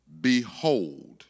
behold